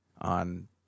on